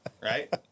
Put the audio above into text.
Right